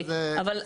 אבל,